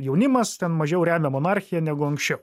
jaunimas ten mažiau remia monarchiją negu anksčiau